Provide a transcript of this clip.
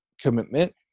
commitment